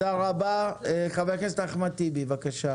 מובנית.